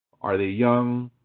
are they young,